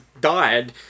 died